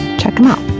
check them out.